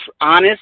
honest